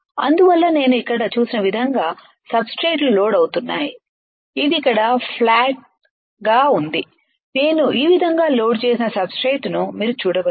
అందువల్ల నేను ఇక్కడ చూపిన విధంగా సబ్స్ట్రెట్లు లోడ్ అవుతున్నాయి ఇది ఇక్కడ ఫ్లాట్గా ఉంది నేను ఈ విధంగా లోడ్ చేసిన సబ్స్ట్రేట్ను మీరు చూడవచ్చు